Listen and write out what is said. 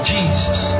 Jesus